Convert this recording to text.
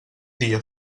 dia